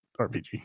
RPG